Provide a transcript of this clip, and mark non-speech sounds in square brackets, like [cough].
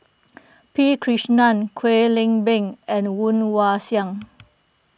[noise] P Krishnan Kwek Leng Beng and Woon Wah Siang